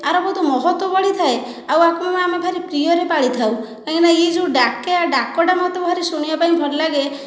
ବହୁତ ମହତ୍ତ୍ଵ ବଢ଼ିଥାଏ ଆଉ ୟାକୁ ଆମେ ଭାରି ପ୍ରିୟରେ ପାଳିଥାଉ କାହିଁକି ନା ଇଏ ଯେଉଁ ଡାକେ ୟା ଡାକିବାଟା ମୋତେ ଭାରି ଶୁଣିବା ପାଇଁ ଭଲ ଲାଗେ